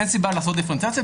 אין סיבה לעשות דיפרנציאציה,